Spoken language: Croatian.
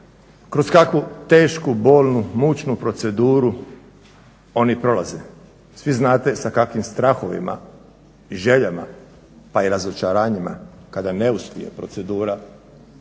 kroz kakvu tešku, bolnu, mučnu proceduru oni prolaze, svi znate sa kakvim strahovima, i željama, pa i razočaranjima kada ne uspije procedura